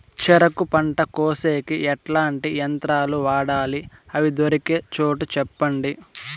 చెరుకు పంట కోసేకి ఎట్లాంటి యంత్రాలు వాడాలి? అవి దొరికే చోటు చెప్పండి?